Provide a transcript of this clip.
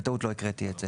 בטעות לא הקראתי את זה.